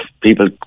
people